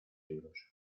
euros